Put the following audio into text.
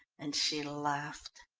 and she laughed.